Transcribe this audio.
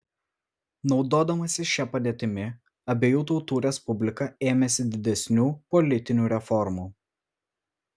naudodamasi šia padėtimi abiejų tautų respublika ėmėsi didesnių politinių reformų